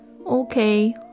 Okay